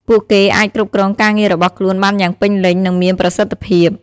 ពួកគេអាចគ្រប់គ្រងការងាររបស់ខ្លួនបានយ៉ាងពេញលេញ និងមានប្រសិទ្ធភាព។